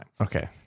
Okay